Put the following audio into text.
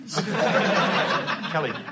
Kelly